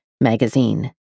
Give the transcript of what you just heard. magazine